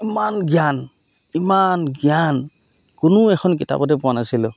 ইমান জ্ঞান ইমান জ্ঞান কোনো এখন কিতাপতে পোৱা নাছিলোঁ